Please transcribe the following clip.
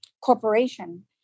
corporation